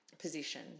position